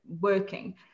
working